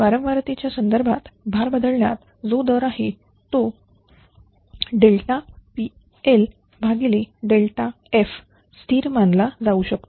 वारंवार तिच्या संदर्भात भार बदलण्याचा जो दर आहे तो Plf स्थिर मानला जाऊ शकतो